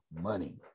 money